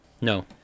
No